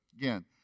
again